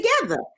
together